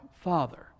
Father